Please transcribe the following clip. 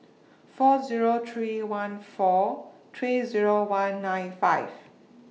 four Zero three one four three Zero one nine five